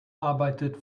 arbeitet